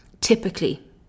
typically